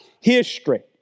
history